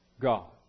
God